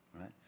right